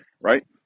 Right